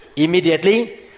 Immediately